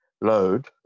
load